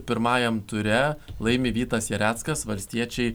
pirmajam ture laimi vytas jareckas valstiečiai